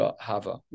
Hava